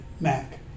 Mac